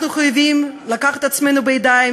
אנחנו חייבים לקחת את עצמנו בידיים,